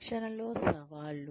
శిక్షణలో సవాళ్లు